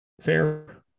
Fair